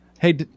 Hey